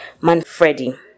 Manfredi